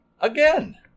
again